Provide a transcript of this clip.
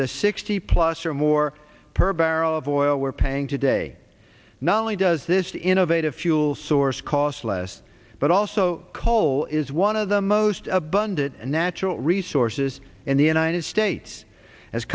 the sixty plus or more per barrel of oil we're paying today not only does this innovative fuel source cost less but also coal is one of the most abundant natural resources in the united